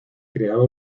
creaba